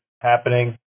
happening